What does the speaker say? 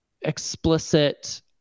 explicit